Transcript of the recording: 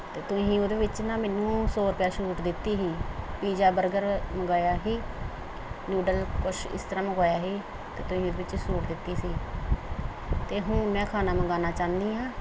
ਅਤੇ ਤੁਸੀਂ ਉਹਦੇ ਵਿੱਚ ਨਾ ਮੈਨੂੰ ਸੌ ਰੁਪਇਆ ਛੂਟ ਦਿੱਤੀ ਸੀ ਪੀਜ਼ਾ ਬਰਗਰ ਮੰਗਵਾਇਆ ਸੀ ਨੂਡਲ ਕੁਛ ਇਸ ਤਰ੍ਹਾਂ ਮੰਗਵਾਇਆ ਸੀ ਅਤੇ ਤੁਸੀਂ ਵਿੱਚ ਛੂਟ ਦਿੱਤੀ ਸੀ ਅਤੇ ਹੁਣ ਮੈਂ ਖਾਣਾ ਮੰਗਵਾਉਣਾ ਚਾਹੁੰਦੀ ਹਾਂ